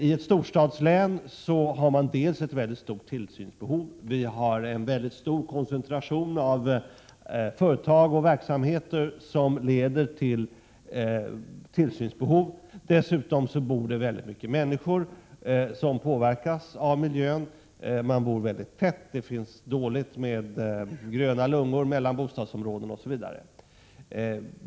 I ett storstadslän har man dels ett stort tillsynsbehov eftersom det är en stor koncentration av företag och verksamheter, dels väldigt mycket människor som bor i länet och påverkas av miljön. Man bor tätt, det finns dåligt med gröna lungor mellan bostadsområdena osv.